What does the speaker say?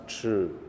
true